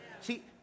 See